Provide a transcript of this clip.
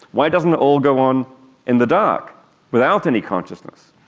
why doesn't it all go on in the dark without any consciousness?